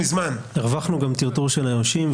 הרווחנו גם טרטור של היורשים,